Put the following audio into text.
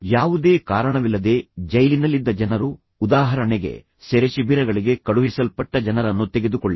ಯಾವುದೇ ಕಾರಣವಿಲ್ಲದೆ ಜೈಲಿನಲ್ಲಿದ್ದ ಜನರು ಉದಾಹರಣೆಗೆ ಸೆರೆಶಿಬಿರಗಳಿಗೆ ಕಳುಹಿಸಲ್ಪಟ್ಟ ಜನರನ್ನು ತೆಗೆದುಕೊಳ್ಳಿ